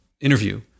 interview